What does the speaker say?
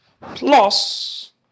plus